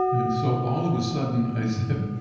and so all of a sudden, i said,